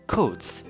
Coats